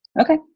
Okay